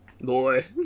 Boy